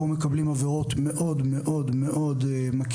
או מקבלים עבירות מאוד מאוד מקלות,